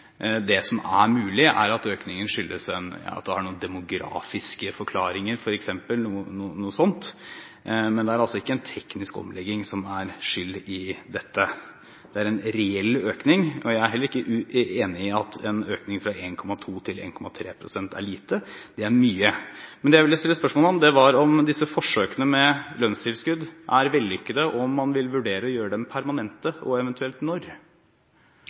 Det som er mulig, er at økningen har noen demografiske forklaringer f.eks., men det er altså ikke en teknisk omlegging som er skyld i dette. Det er en reell økning, og jeg er heller ikke enig i at en økning fra 1,2 til 1,3 pst. er lite. Det er mye. Men det jeg vil stille spørsmål om, er om disse forsøkene med lønnstilskudd er vellykkede, om man vil vurdere å gjøre dem permanente og eventuelt når?